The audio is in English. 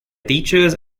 teachers